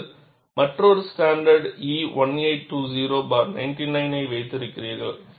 நீங்கள் மற்றொரு standard E 1820 99 ஐ வைத்திருக்கிறீர்கள்